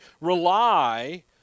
rely